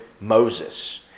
Moses